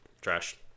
Trash